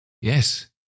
Yes